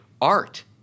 art